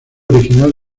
original